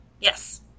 Yes